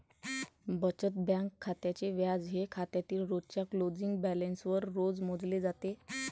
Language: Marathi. बचत बँक खात्याचे व्याज हे खात्यातील रोजच्या क्लोजिंग बॅलन्सवर रोज मोजले जाते